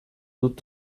dut